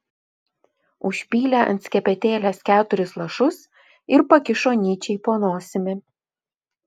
užpylė ant skepetėlės keturis lašus ir pakišo nyčei po nosimi